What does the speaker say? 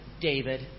David